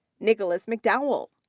nicholas mcdowell.